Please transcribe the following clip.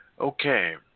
Okay